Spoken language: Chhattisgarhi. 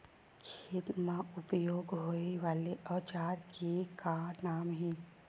खेत मा उपयोग होए वाले औजार के का नाम हे?